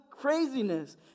craziness